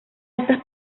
estas